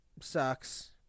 sucks